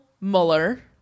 Mueller